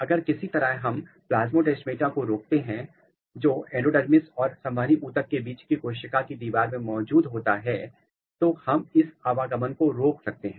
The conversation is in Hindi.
अगर किसी तरह हम प्लास्मोडेस्माटा को रोकते हैं जो एंडोडर्मिस और संवहनी ऊतक के बीच की कोशिका की दीवार में मौजूद होता है तो हम इस आवागमन को रोक सकते हैं